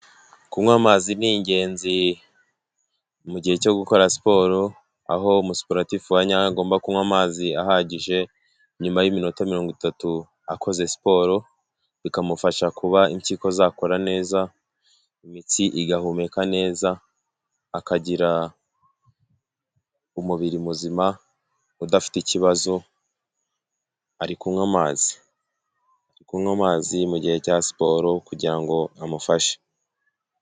Kunywa amazi ni ingenzi mu gihe cyo gukora siporo aho umusiporutifu wanyawe agomba kunywa amazi ahagije nyuma y'iminota mirongo itatu akoze siporo bikamufasha kuba impyiko zakora neza, imitsi igahumeka neza, akagira umubiri muzima udafite ikibazo ari kunywa amazi. Ari kunywa amazi mu gihe cya siporo kugira ngo amufashe.